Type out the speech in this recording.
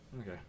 Okay